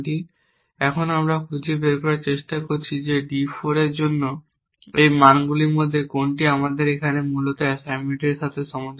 এবং এখন আমরা খুঁজে বের করার চেষ্টা করছি যে d 4 এর জন্য এই মানগুলির মধ্যে কোনটি আমাদের এখানে মূলত এই অ্যাসাইনমেন্টের সাথে সামঞ্জস্যপূর্ণ কিনা